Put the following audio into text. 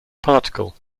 particle